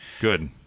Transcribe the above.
Good